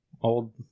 Old